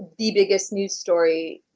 the biggest news story